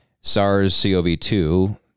SARS-CoV-2